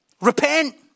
Repent